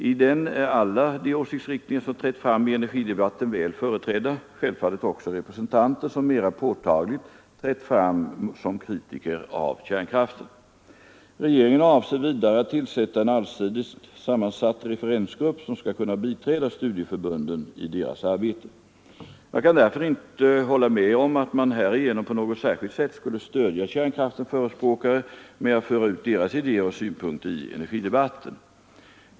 I den är alla de åsiktsriktningar som trätt fram i energidebatten väl företrädda, självfallet också representanter som mera påtagligt trätt fram som kritiker av kärnkraften. Regeringen Om sammanställning av fakta och synpunkter som talar mot kärnkraften Om sammanställning av fakta och synpunkter som talar mot kärnkraften avser vidare att tillsätta en allsidigt sammansatt referensgrupp som skall kunna biträda studieförbunden i deras arbete. Jag kan därför inte hålla med om att man härigenom på något särskilt sätt skulle stödja kärnkraftens förespråkare med att föra ut deras idéer och synpunkter i energidebatten.